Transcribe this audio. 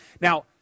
Now